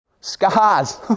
Scars